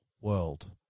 world